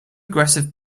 aggressive